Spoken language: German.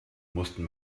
mussten